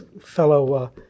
fellow